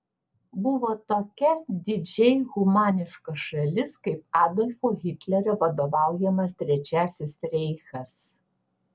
buvo tokia didžiai humaniška šalis kaip adolfo hitlerio vadovaujamas trečiasis reichas